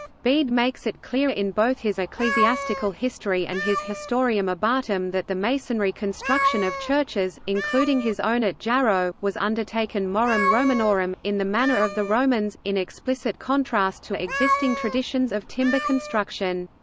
bede makes it clear in both his ecclesiastical history and his historiam abbatum that the masonry construction of churches, including his own at jarrow, was undertaken morem romanorum, in the manner of the romans in explicit contrast to existing traditions of timber construction.